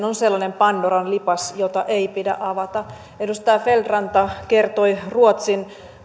on sellainen pandoran lipas jota ei pidä avata edustaja feldt ranta kertoi ruotsin